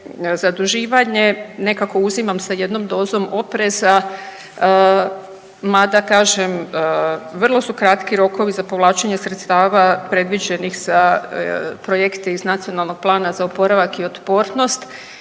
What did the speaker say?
zaduživanje nekako uzimam sa jednom dozom opreza mada kažem vrlo su kratki rokovi za povlačenje sredstava predviđenih za projekte iz Nacionalnog plana za oporavak i otpornost